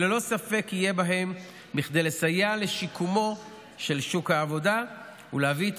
שללא ספק יהיה בהם כדי לסייע לשיקומו של שוק העבודה ולהביא את